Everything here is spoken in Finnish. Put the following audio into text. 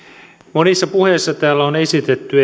monissa puheissa täällä on esitetty